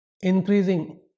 increasing